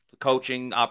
coaching –